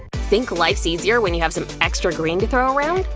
think life's easier when you have some extra green to throw around?